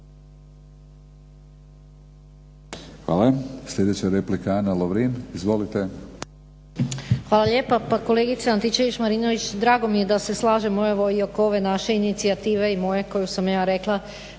Hvala. Slijedeća replika Ana Lovrin. Izvolite. **Lovrin, Ana (HDZ)** Hvala lijepo. Pa kolegice Antičević-Marinović drago mi je da se slažemo, evo i oko ove naše inicijative i moje koju sam ja rekla